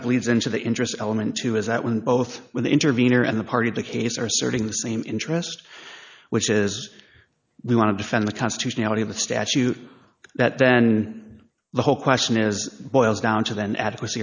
of bleeds into the interest element too as that when both when the intervenor and the part of the case are serving the same interest which is we want to defend the constitutionality of the statute that then the whole question is boils down to then adequa